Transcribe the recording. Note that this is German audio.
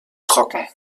trocken